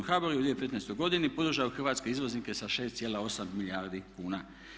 HBOR je u 2015.godini podržao hrvatske izvoznike sa 6,8 milijardi kuna.